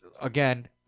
again